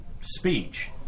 speech